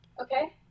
okay